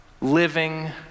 living